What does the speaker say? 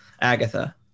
Agatha